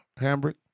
Hambrick